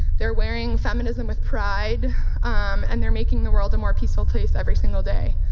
they're wearing feminism with pride and they're making the world a more peaceful place every single day.